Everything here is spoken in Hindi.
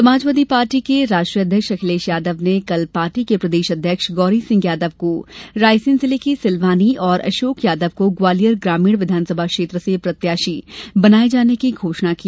समाजवादी पार्टी के राष्ट्रीय अध्यक्ष अखिलेश यादव ने कल पार्टी के प्रदेश अध्यक्ष गौरीसिंह यादव को रायसेन जिले की सिलवानी और अशोक यादव को ग्वालियर ग्रामीण विधानसभा क्षेत्र से प्रत्याशी बनाये जाने की घोषणा की